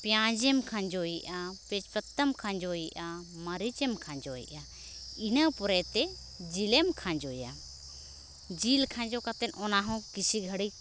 ᱯᱮᱸᱭᱟᱡᱮᱢ ᱠᱷᱟᱸᱡᱚᱭᱮᱫᱼᱟ ᱛᱮᱡᱽ ᱯᱟᱛᱟᱢ ᱠᱷᱟᱸᱡᱚᱭᱮᱫᱼᱟ ᱢᱟᱨᱤᱪᱮᱢ ᱠᱷᱟᱸᱡᱚᱭᱮᱫᱼᱟ ᱤᱱᱟᱹ ᱯᱚᱨᱮᱛᱮ ᱡᱤᱞᱮᱢ ᱠᱷᱟᱸᱡᱚᱭᱟ ᱡᱤᱞ ᱠᱷᱟᱸᱡᱚ ᱠᱟᱛᱮᱫ ᱚᱱᱟ ᱦᱚᱸ ᱵᱤᱥᱤ ᱜᱷᱟᱹᱲᱤᱡ